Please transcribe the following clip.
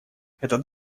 этот